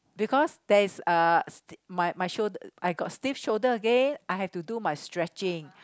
because there is uh my my should~ I got stiff shoulder okay I have to do my stretching